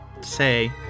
say